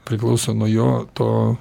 priklauso nuo jo to